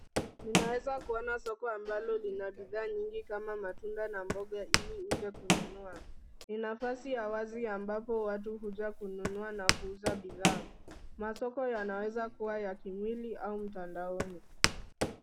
Ninaweza kuona soko ambalo lina bidhaa nyingi kama matunda na mboga ili uje kununua. Ni nafasi ya wazi ambapo watu huja kununua na kuuza bidhaa. Masoko yanaweza kuwa ya kimwili au mtandaoni.